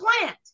plant